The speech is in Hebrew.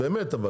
אבל באמת,